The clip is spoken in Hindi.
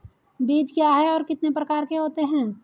बीज क्या है और कितने प्रकार के होते हैं?